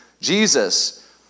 Jesus